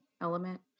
element